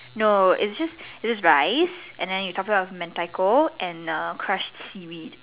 no it's just it's just rice and you top it off with Mentaiko and crushed seaweed